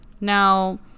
Now